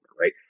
right